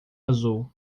azul